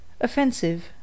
Offensive